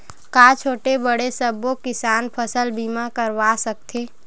का छोटे बड़े सबो किसान फसल बीमा करवा सकथे?